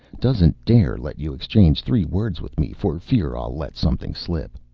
doesn't dare let you exchange three words with me, for fear i'll let something slip.